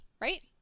Right